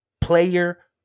player